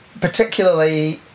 particularly